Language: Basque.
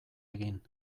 egin